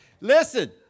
Listen